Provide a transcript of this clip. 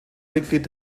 mitglied